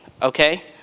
okay